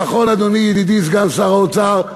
נכון, אדוני ידידי סגן שר האוצר,